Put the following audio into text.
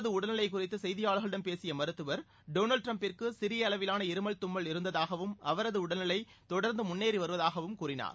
அவரது உடல்நிலை குறித்து செய்தியாளர்களிடம் பேசிய மருத்துவர் டொனால்டு டிரம்பிற்கு சிறிய அளவிலான இருமல் தும்மல் இருந்ததாகவும் அவரது உடல்நிலை தொடர்ந்து முன்னேறி வருவதாகவும் கூறினார்